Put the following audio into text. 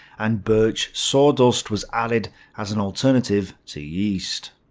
and birch sawdust was added as an alternative to yeast.